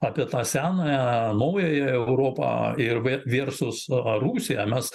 apie tą senąją naująją europą ir vė versus a rusija mes